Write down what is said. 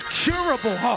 curable